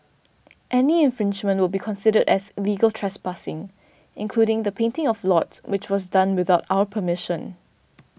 any infringement will be considered as illegal trespassing including the painting of lots which was done without our permission